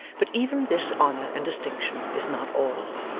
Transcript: but even this honour and distinction is not all,